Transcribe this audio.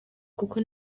kuko